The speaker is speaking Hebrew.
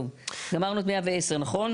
טוב, אמרנו את 110, נכון?